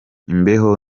imbeho